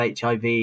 HIV